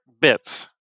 bits